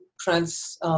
trans